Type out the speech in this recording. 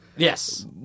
Yes